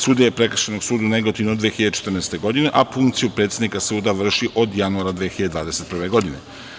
Sudija je Prekršajnog suda u Negotinu od 2014. godine, a funkciju predsednika suda vrši od januara 2021. godine.